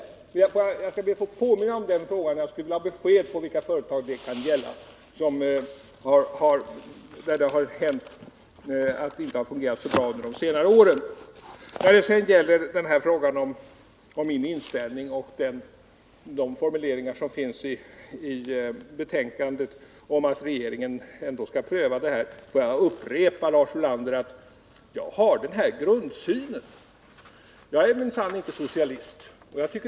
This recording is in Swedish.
Jag skall be att få ett besked om vilka företag det kan gälla. När det sedan gäller frågan om min inställning och de formuleringar som finns i betänkandet om att regeringen ändå skall pröva frågan så vill jag upprepa, Lars Ulander, att jag har en annan grundsyn. Jag är minsann inte socialist.